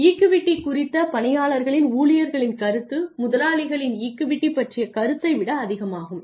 equity குறித்த பணியாளர்களின் ஊழியர்களின் கருத்து முதலாளிகளின் ஈக்விட்டி பற்றிய கருத்தை விட அதிகமாகும்